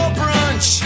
brunch